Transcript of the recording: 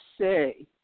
say